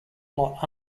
blot